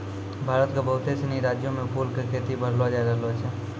भारत के बहुते सिनी राज्यो मे फूलो के खेती बढ़लो जाय रहलो छै